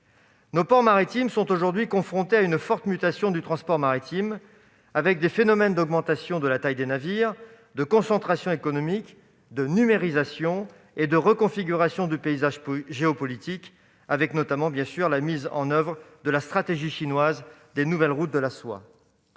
Nos ports maritimes sont aujourd'hui confrontés à une forte mutation du transport maritime : augmentation de la taille des navires, concentration économique, numérisation et reconfiguration du paysage géopolitique, avec notamment la mise en oeuvre de la stratégie chinoise des nouvelles routes de la soie.